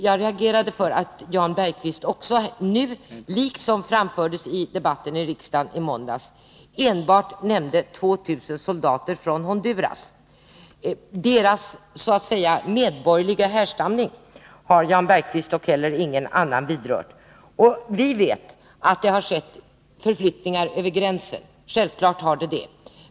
Jag reagerade mot att Jan Bergqvist enbart nämnde 2 000 soldater från Honduras. Det argumentet framfördes även under debatten i måndags. Deras så att säga medborgerliga härstamning har varken Jan Bergqvist eller någon annan vidrört. Vi vet att det har skett förflyttningar över gränsen.